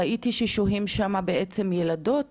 ראיתי ששוהים שם בעצם ילדות קטנות,